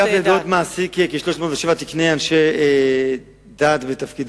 לאחרונה פורסמו בכלי התקשורת ידיעות שלפיהן חוק ההסדרים הקרוב עתיד לכלול